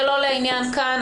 זה לא לעניין כאן.